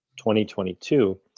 2022